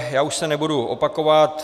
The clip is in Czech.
Já už se nebudu opakovat.